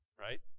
Right